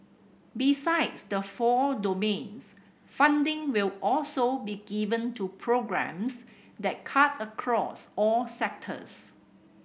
besides the four domains funding will also be given to programmes that cut across all sectors